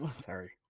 Sorry